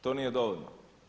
To nije dovoljno.